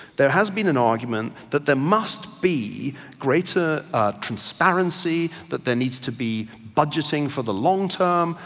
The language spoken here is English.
there has been an argument that there must be greater transparency, that there needs to be budgeting for the long-term,